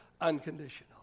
unconditional